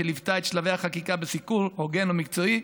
שליוותה את שלבי החקיקה בסיקור הוגן ומקצועי,